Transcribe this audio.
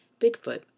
Bigfoot